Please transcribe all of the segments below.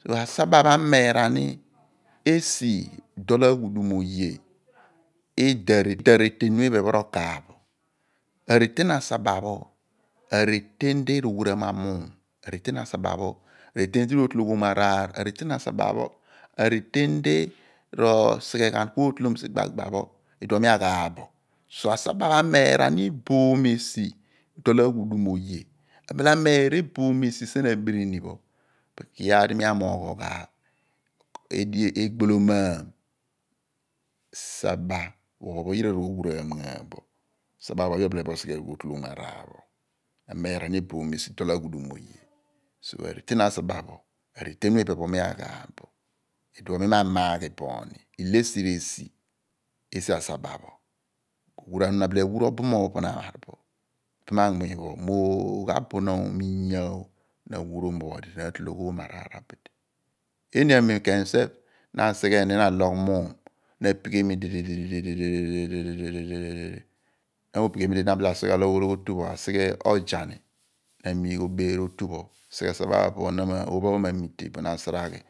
Soo asaba pho ameera ni esi dol aghudum oye ido areten pho iphen ro kaaph bo. areten asaba pho areten di rowuraam ghan muum ko bile bile kuotolom vaar r'asigbagba. Ku idighi bo ku mi abom bo mo asaba pho ameera eboom esi dol aghudum oye r'isien abirini pho. Iduon mi ma maghiyogh bo reten pho ipe asaba pho aamoogh bo maar odighinom dol aghudum oge, saba r'oburum ghan ni obumoony di puruku di omar muum iink amem ken bin na ka tue ni asighe saba pho alogh ologhi akuruma amuum ku na apighemi tutu aapha amite ku na asighe aatolom osoph ana r'ozani na amiigh obeer otu pho bin na ka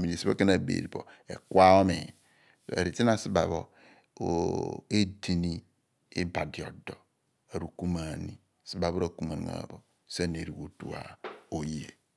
miin mo esi pho na abeer bo ekuk oomiin. areten asaba pho edini ibadi odo, ibadi arukumuan pho asaba r'akumuan ghan sien ado aghudum oye.